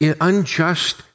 unjust